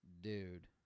Dude